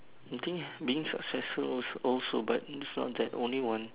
I think being successful al~ also but it's not that only one